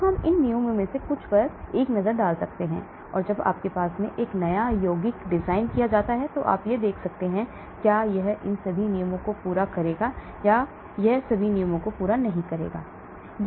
तो हम इन नियमों में से कुछ पर एक नज़र डाल सकते हैं और जब आपके पास एक नया यौगिक डिज़ाइन किया जाता है तो आप यह देख सकते हैं कि क्या यह इन सभी नियमों को पूरा करेगा या क्या यह सभी नियमों को पूरा नहीं करता है